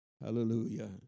Hallelujah